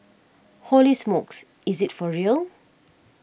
Holy smokes is this for real